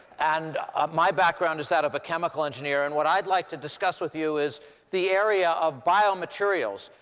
and my background is that of a chemical engineer. and what i'd like to discuss with you is the area of biomaterials.